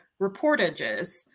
reportages